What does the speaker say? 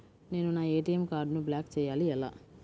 నేను నా ఏ.టీ.ఎం కార్డ్ను బ్లాక్ చేయాలి ఎలా?